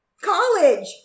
college